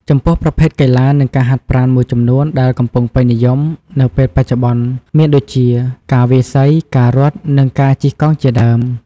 ចំពោះប្រភេទកីឡា និងការហាត់ប្រាណមួយចំនួនដែលកំពុងពេញនិយមនៅពេលបច្ចុច្បន្នមានដូចជា ការវាយសី ការរត់ និងការជិះកង់ជាដើម។